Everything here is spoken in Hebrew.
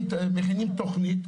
מכינים תוכנית,